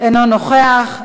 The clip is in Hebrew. אינו נוכח.